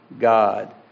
God